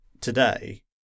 today